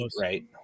right